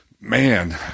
man